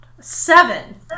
Seven